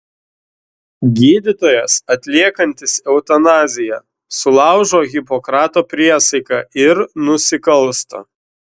gydytojas atliekantis eutanaziją sulaužo hipokrato priesaiką ir nusikalsta